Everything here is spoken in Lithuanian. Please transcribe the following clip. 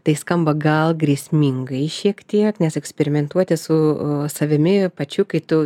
tai skamba gal grėsmingai šiek tiek nes eksperimentuoti su savimi pačiu kai tu